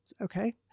okay